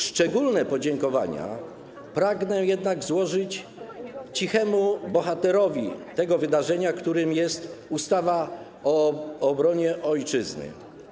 Szczególne podziękowania pragnę jednak złożyć cichemu bohaterowi tego wydarzenia, jakim jest ustawa o obronie Ojczyzny.